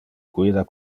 guida